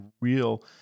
real